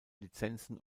lizenzen